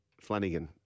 Flanagan